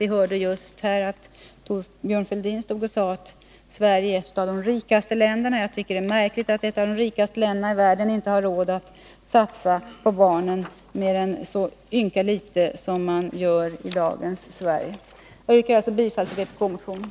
Vi hörde nyss här Thorbjörn Fälldin säga att Sverige är ett av de rikaste länderna i världen. Jag tycker att det är märkligt att just ett av de rikaste länderna i världen inte har råd att satsa på barnen mer än så ynka litet som man gör i dagens Sverige. Jag yrkar bifall till vpk-motionen.